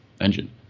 engine